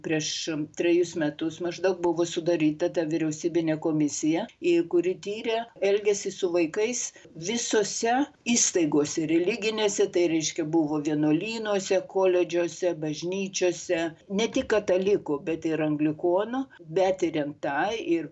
prieš trejus metus maždaug buvo sudaryta ta vyriausybinė komisija kuri tyrė elgesį su vaikais visose įstaigose religinėse tai reiškia buvo vienuolynuose koledžuose bažnyčiose ne tik katalikų bet ir anglikonų bet ir rimtai ir